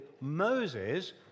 Moses